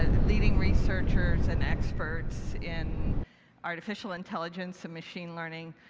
ah leading researchers and experts in artificial intelligence and machine learning.